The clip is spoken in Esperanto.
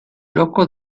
loko